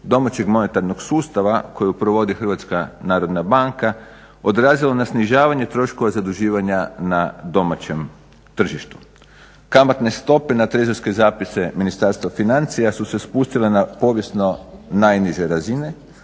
domaćeg monetarnog sustava kojega provodi HNB odrazilo na snižavanje troškova zaduživanja na domaćem tržištu, kamatne stope na trezorske zapise Ministarstva financija su se spustile na povijesno najniže razine